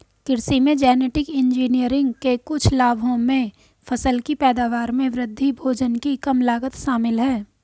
कृषि में genetic engineering के कुछ लाभों में फसल की पैदावार में वृद्धि, भोजन की कम लागत शामिल हैं